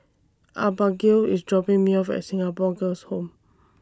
Abagail IS dropping Me off At Singapore Girls' Home